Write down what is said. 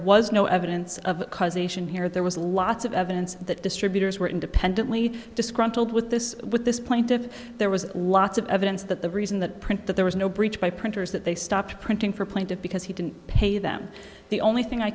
was no evidence of causation here there was lots of evidence that distributors were independently disgruntled with this with this point if there was lots of evidence that the reason that print that there was no breach by printers that they stopped printing for plaintiff because he didn't pay them the only thing i